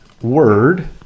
word